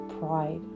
pride